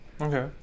Okay